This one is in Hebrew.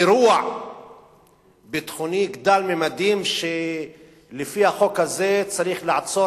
אירוע ביטחוני גדל-ממדים שלפי החוק הזה צריך לעצור